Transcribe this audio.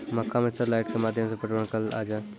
मक्का मैं sir light के माध्यम से पटवन कल आ जाए?